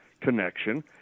connection